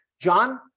John